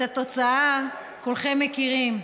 את התוצאה כולכם מכירים: